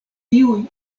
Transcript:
tiuj